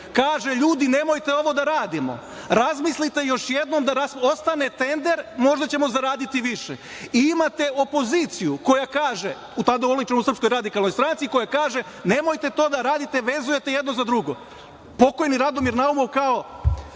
kaže – ljudi nemojte ovo da radimo. Razmislite još jednom da ostane tender, možda ćemo zaraditi više. I imate opoziciju koja kaže, u tada oličena u SRS koja kaže – nemojte to da radite, vezujete jedno za drugo. Pokojni Radomir Naumov kao